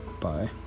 Bye